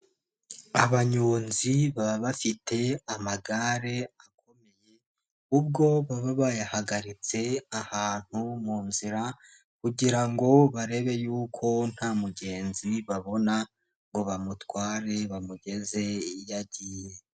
Abanyonzi baba bafite amagare akomeye, ubwo baba bayahagaritse ahantu mu nzira kugira ngo barebe yuko nta mugenzi babona ngo bamutware bamugeze iyo agiye.